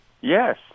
Yes